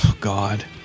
God